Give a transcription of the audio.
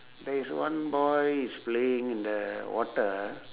there is one boy is playing in the water